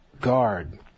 Guard